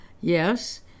Yes